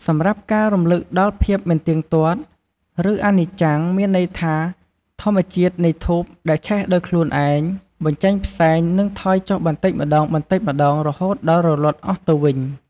សម្រាប់ការរំលឹកដល់ភាពមិនទៀងទាត់ ឬអនិច្ចំ មានន័យថាធម្មជាតិនៃធូបដែលឆេះដោយខ្លួនឯង បញ្ចេញផ្សែង និងថយចុះបន្តិចម្តងៗ រហូតដល់រលត់អស់ទៅវិញ ។